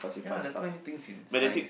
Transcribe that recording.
ya there's too many things in science